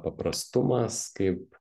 paprastumas kaip